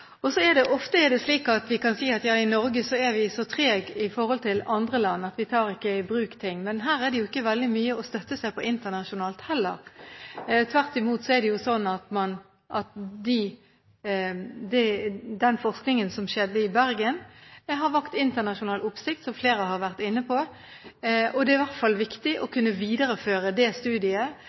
vi så trege i forhold til i andre land, at vi ikke tar i bruk ting. Men her er det ikke veldig mye å støtte seg på internasjonalt heller. Tvert imot er det slik at den forskningen som skjedde i Bergen, har vakt internasjonal oppsikt, som flere har vært inne på, og det er i hvert fall viktig å kunne videreføre det studiet